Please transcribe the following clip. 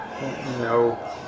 No